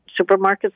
supermarkets